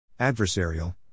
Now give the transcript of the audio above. Adversarial